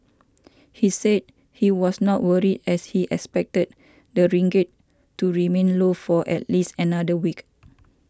he said he was not worried as he expected the ringgit to remain low for at least another week